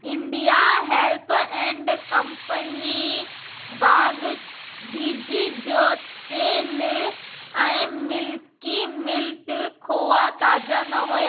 India help and company भाॻ बि॒ज जो तेल ऐं मिल्की मिल्ट खोवा ताज़ा न हुया